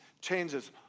changes